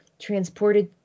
transported